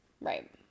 Right